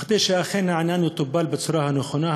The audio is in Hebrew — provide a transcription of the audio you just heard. אלא כדי שאכן העניין יטופל בצורה הנכונה,